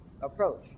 approach